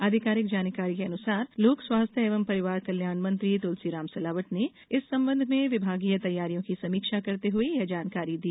आधिकारिक जानकारी के अनुसार लोक स्वास्थ्य एवं परिवार कल्याण मंत्री तुलसीराम सिलावट ने इस संबंध में विभागीय तैयारियों की समीक्षा करते हुए यह जानकारी दी